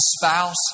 spouse